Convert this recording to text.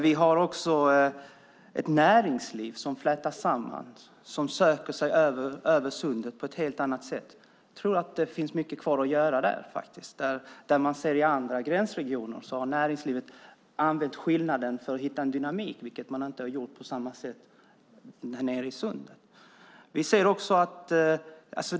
Vi har också ett näringsliv som flätas samman och som söker sig över sundet på ett helt annat sätt. Jag tror att det finns mycket kvar att göra där. I andra gränsregioner har näringslivet utnyttjat skillnaden för att hitta en dynamik, vilket man inte har gjort på samma sätt nere vid sundet.